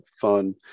fun